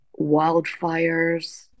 wildfires